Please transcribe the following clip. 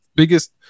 biggest